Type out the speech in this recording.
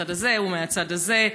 מהצד הזה ומהצד הזה,